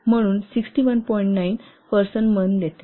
9 person month देते